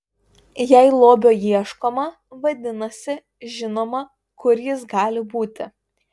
jei lobio ieškoma vadinasi žinoma kur jis gali būti